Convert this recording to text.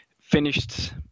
finished